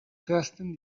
zehazten